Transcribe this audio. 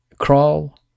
crawl